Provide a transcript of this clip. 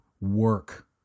work